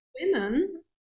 women